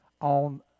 on